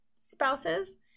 spouses